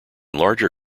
larger